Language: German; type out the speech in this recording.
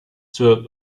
zur